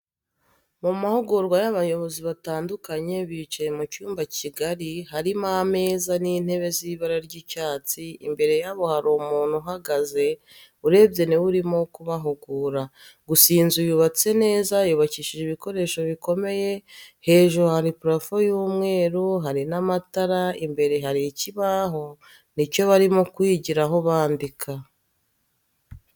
Mamahugurwa yabayobozi batandukanye bicaye mucyumba kigali harimo ameza nintebe zibara ry,icyatsi imbere yabo hari umuntu uhagaze urebye niwe urimo kubahugura gusa iyinzuyubatseneza yubakishije ibikoresho bikomeye hejuru hariho parafo y,umweru hari namatara imbere hari ikibaho nicyo barimo kwigiraho bandika.